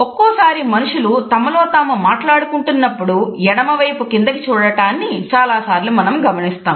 ఒక్కొక్కసారి మనుషులు తమలో తాము మాట్లాడుకుంటున్నప్పుడు ఎడమ వైపు కిందకి చూడటాన్ని చాలాసార్లు మనం గమనిస్తాం